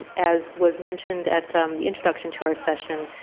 as was mentioned at the introduction to our session,